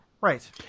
Right